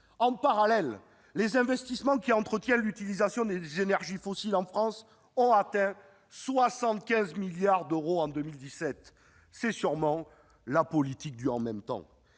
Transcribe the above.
En parallèle, les investissements qui entretiennent l'utilisation des énergies fossiles en France ont atteint 75 milliards d'euros en 2017 ! C'est sûrement la politique du « en même temps